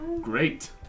Great